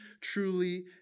truly